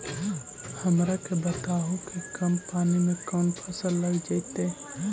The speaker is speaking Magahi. हमरा के बताहु कि कम पानी में कौन फसल लग जैतइ?